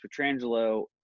Petrangelo